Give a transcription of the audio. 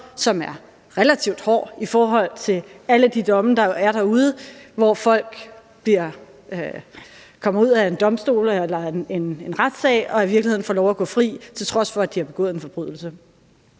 som er relativt hård i forhold til alle de domme, der er givet derude, hvor folk kommer ud efter en retssag og i virkeligheden får lov at gå fri, til trods for at de har begået en forbrydelse.